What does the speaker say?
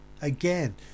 Again